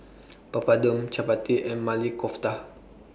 Papadum Chapati and Maili Kofta